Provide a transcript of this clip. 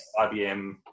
IBM